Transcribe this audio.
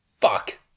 Fuck